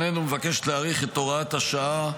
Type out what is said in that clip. ההצעה שבפנינו מבקשת להאריך את הוראת השעה,